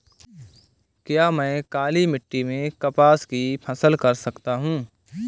क्या मैं काली मिट्टी में कपास की फसल कर सकता हूँ?